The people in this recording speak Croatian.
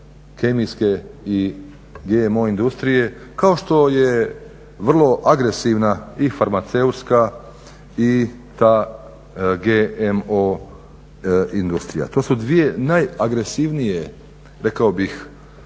kemijske i GMO industrije kao što je vrlo agresivna i farmaceutska i ta GMO industrija. To su dvije najagresivnije rekao bih